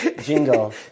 jingle